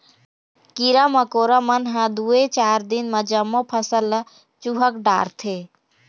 कीरा मकोरा मन ह दूए चार दिन म जम्मो फसल ल चुहक डारथे